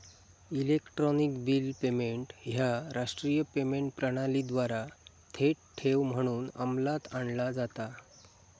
electronic bill payment ह्या राष्ट्रीय payment प्रणालीद्वारा थेट ठेव म्हणून अंमलात आणला जाता